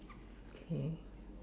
okay